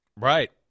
Right